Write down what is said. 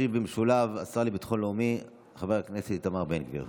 ישיב במשולב השר לביטחון לאומי חבר הכנסת איתמר בן גביר.